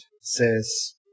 says